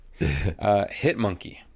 Hitmonkey